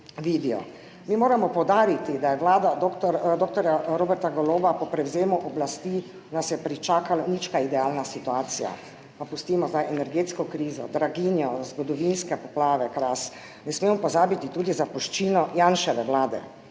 Mi moramo poudariti, da je vlada doktorja Roberta Goloba, po prevzemu oblasti nas je pričakalo nič kaj idealna situacija. Pa pustimo zdaj energetsko krizo, draginjo, zgodovinske poplave, Kras, ne smemo pozabiti tudi zapuščino Janševe vlade.